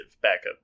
backup